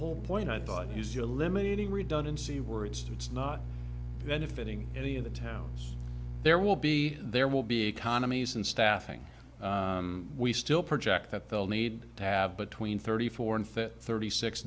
whole point i thought he's eliminating redundancy words to it's not benefiting any of the towns there will be there will be economies and staffing we still project that they'll need to have between thirty four and fit thirty six